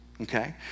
okay